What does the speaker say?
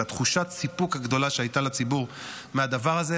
את תחושת הסיפוק הגדולה שהייתה לציבור מהדבר הזה,